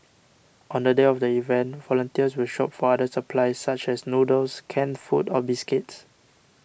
on the day of the event volunteers will shop for other supplies such as noodles canned food or biscuits